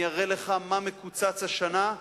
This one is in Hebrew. אני אראה לך מה מקוצץ השנה,